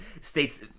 states